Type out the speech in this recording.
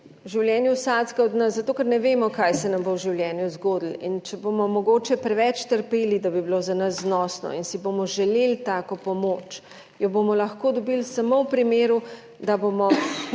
v življenju vsakega od nas, zato ker ne vemo kaj se nam bo v življenju zgodilo in če bomo mogoče preveč trpeli, da bi bilo za nas znosno in si bomo želeli tako pomoč, jo bomo lahko dobili samo v primeru, da bomo